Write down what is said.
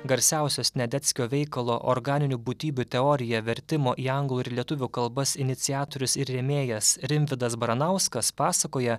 garsiausio sniadeckio veikalo organinių būtybių teorija vertimo į anglų ir lietuvių kalbas iniciatorius ir rėmėjas rimvydas baranauskas pasakoja